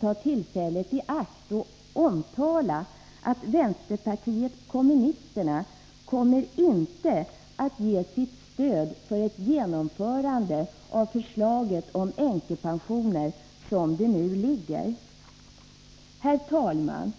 ta tillfället i akt att omtala att vpk inte kommer att ge sitt stöd för ett genomförande av förslaget om änkepensioner som det nu ligger. Herr talman!